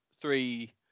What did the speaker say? three